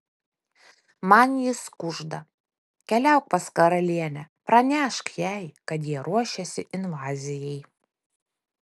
man jis kužda keliauk pas karalienę pranešk jai kad jie ruošiasi invazijai